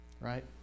Right